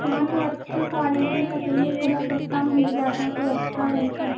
हाँ तो अच्छा क्वालिटी का चाहिए थोड़ा सस्ता मिल जाता तो अच्छा रहता